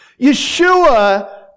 Yeshua